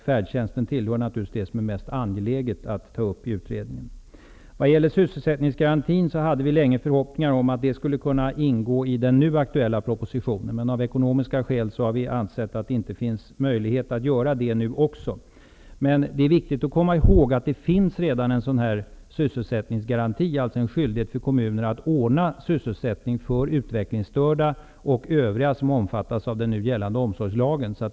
Färdtjänstfrågan tillhör naturligtvis det som är mest angeläget att ta upp i utredningen. Vad gäller sysselsättningsgarantin hade vi länge förhoppningar om att det skulle kunna ingå i den aktuella propositionen. Av ekonomiska skäl har vi ansett att det inte finns möjlighet att göra det nu. Det är viktigt att komma ihåg att det redan finns en sysselsättningsgaranti, alltså en skyldighet för kommunerna att ordna sysselsättning för utvecklingsstörda och övriga som omfattas av den nu gällande omsorgslagen.